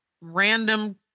random